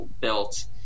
built